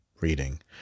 reading